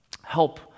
help